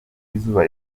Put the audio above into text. izuba